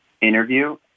interview